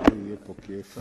יהיה פה כיף.